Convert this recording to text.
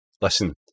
listen